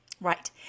Right